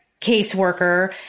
caseworker